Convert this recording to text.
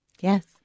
Yes